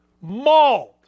mauled